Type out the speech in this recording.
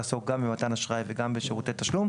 לעסוק גם במתן אשראי וגם בשירותי תשלום,